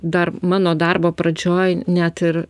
dar mano darbo pradžioj net ir